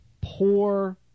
poor